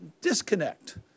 disconnect